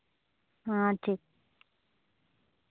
ᱦᱮᱸ ᱴᱷᱤᱠ